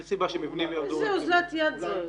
איזה אוזלת יד זאת.